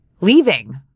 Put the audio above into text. leaving